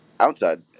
outside